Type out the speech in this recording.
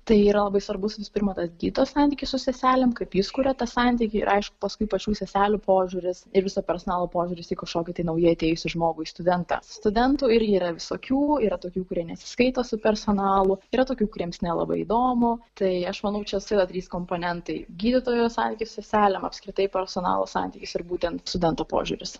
tai yra labai svarbus visu pirma tas gydytojo santykis su seselėm kaip jis kuria tą santykį ir aišku paskui pačių seselių požiūris ir viso personalo požiūris į kažkokį tai naujai atėjusį žmogui į studentą studentų irgi yra visokių yra tokių kurie nesiskaito su personalu yra tokių kuriems nelabai įdomu tai aš manau čia sueina trys komponentai gydytojo santykis su seselėm apskritai personalo santykis ir būtent studento požiūris